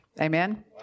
Amen